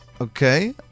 Okay